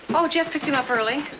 oh, jeff picked him up early.